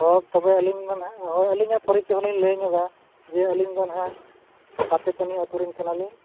ᱦᱳᱭ ᱛᱚᱵᱮ ᱟᱹᱞᱤᱧ ᱢᱟ ᱦᱟᱸᱜ ᱦᱳᱭ ᱟᱹᱞᱤᱧᱟᱜ ᱯᱚᱨᱤᱪᱚᱭ ᱦᱚᱸᱞᱤᱧ ᱞᱟᱹᱭ ᱧᱚᱜᱟ ᱡᱮ ᱟᱹᱞᱤᱧ ᱫᱚ ᱦᱟᱸᱜ ᱯᱟᱛᱮᱯᱟᱹᱱᱤ ᱟᱛᱳ ᱨᱮᱱ ᱠᱟᱱᱟ ᱞᱤᱧ